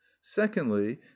secondly